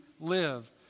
live